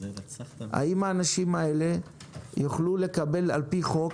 האם האנשים האלה יוכלו לקבל על פי חוק,